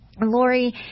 Lori